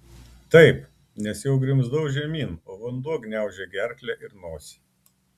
taip nes jau grimzdau žemyn o vanduo gniaužė gerklę ir nosį